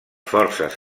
forces